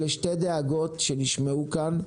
אלה שתי דאגות שנשמעו כאן,